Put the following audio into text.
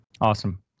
Awesome